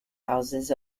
houses